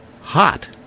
hot